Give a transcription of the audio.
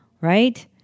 right